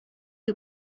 you